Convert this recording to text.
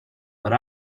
but